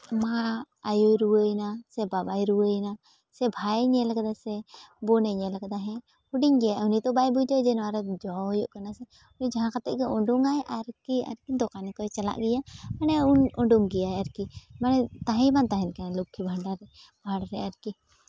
ᱢᱟ ᱟᱭᱳ ᱨᱩᱣᱟᱹᱭᱮᱱᱟ ᱥᱮ ᱵᱟᱵᱟᱭ ᱨᱩᱣᱟᱹᱭᱮᱱᱟ ᱥᱮ ᱵᱷᱟᱭ ᱧᱮᱞ ᱠᱟᱫᱟ ᱥᱮ ᱵᱳᱱᱮ ᱧᱮᱞ ᱠᱟᱫᱟ ᱦᱮᱸ ᱦᱩᱰᱤᱧ ᱜᱮᱭᱟᱭ ᱩᱱᱤ ᱫᱚ ᱵᱟᱭ ᱵᱩᱡᱟ ᱡᱮ ᱱᱚᱣᱟᱨᱮ ᱫᱚᱦᱚ ᱦᱩᱭᱩᱜ ᱠᱟᱱᱟ ᱥᱮ ᱩᱱᱤ ᱡᱟᱦᱟᱸ ᱠᱟᱛᱮ ᱜᱮ ᱩᱰᱩᱠ ᱟᱭ ᱟᱨᱠᱤ ᱫᱚᱠᱟᱱ ᱠᱚᱭ ᱪᱟᱞᱟᱜ ᱜᱮᱭᱟ ᱚᱱᱮ ᱩᱰᱩᱠ ᱜᱮᱭᱟᱭ ᱟᱨᱠᱤ ᱢᱟᱱᱮ ᱛᱟᱦᱮᱸ ᱜᱮᱵᱟᱝ ᱛᱟᱦᱮᱱ ᱠᱟᱱᱟ ᱞᱚᱠᱠᱷᱤ ᱵᱷᱟᱱᱰᱟᱨ ᱨᱮ ᱵᱷᱟᱽᱲ ᱨᱮ ᱟᱨᱠᱤ